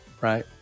right